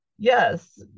Yes